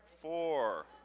Four